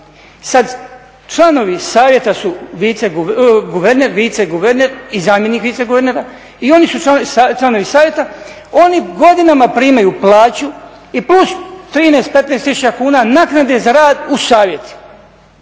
Sad članovi Savjeta su guverner, vice guverner i zamjenik vice guvernera i oni su članovi Savjeta. Oni godinama primaju plaću i plus 13, 15000 kuna naknade za rad u savjetima.